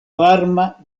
varma